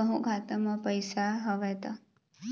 कहूँ खाता म पइसा हवय त